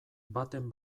baten